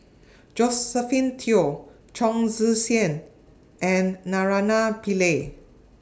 Josephine Teo Chong Tze Chien and Naraina Pillai